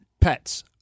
pets